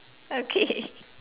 okay